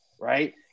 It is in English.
right